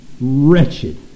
wretched